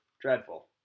dreadful